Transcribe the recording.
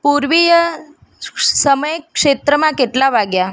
પૂર્વીય સમૈક ક્ષેત્રમાં કેટલાં વાગ્યા